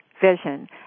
Vision